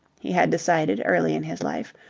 he had decided early in his life,